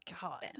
God